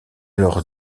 leur